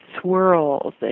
swirls